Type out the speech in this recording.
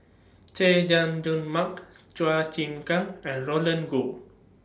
Chay Jung Jun Mark Chua Chim Kang and Roland Goh